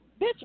bitch